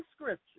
scripture